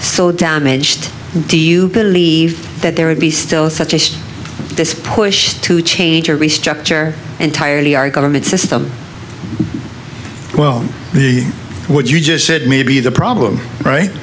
so damaged do you believe that there would be still such as this push to change or restructure entirely our government system well the what you just said may be the problem right